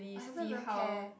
I haven't even pair